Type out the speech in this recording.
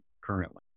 currently